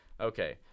Okay